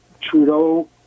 Trudeau